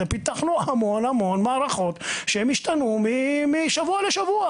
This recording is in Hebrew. זה שפתחנו המון מערכות שהם משתנות משבוע לשבוע.